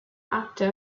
actor